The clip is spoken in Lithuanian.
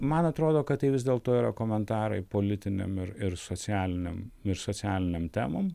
man atrodo kad tai vis dėlto yra komentarai politinėm ir ir socialinėm ir socialinėm temom